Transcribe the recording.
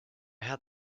had